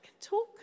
talk